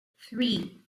three